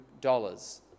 dollars